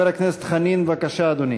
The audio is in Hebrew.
חבר הכנסת חנין, בבקשה, אדוני.